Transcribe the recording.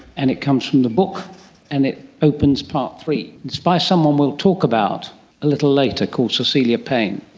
and it comes from the book and it opens part three. it's by someone we'll talk about a little later, called cecilia payne.